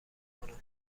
کنم